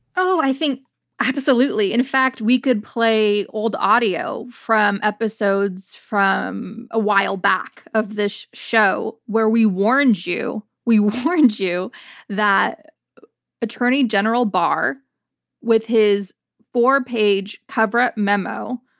oh, i think absolutely. in fact, we could play old audio from episodes from a while back of this show where we warned you. we warned you that attorney general barr with his four page coverup memo,